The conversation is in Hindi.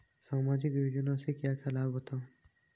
सामाजिक योजना से क्या क्या लाभ हैं बताएँ?